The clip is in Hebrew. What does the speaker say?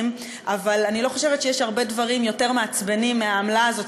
אבל אני לא חושבת שיש הרבה דברים יותר מעצבנים מהעמלה הזאת,